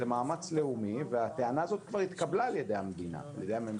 זה מאמץ לאומי והטענה הזאת כבר התקבלה על ידי הממשלה.